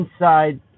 inside